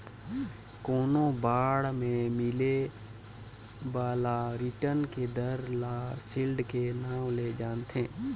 कोनो बांड मे मिले बाला रिटर्न के दर ल सील्ड के नांव ले जानथें